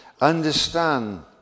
understand